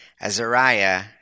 Azariah